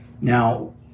Now